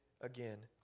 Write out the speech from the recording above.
again